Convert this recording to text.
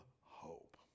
hope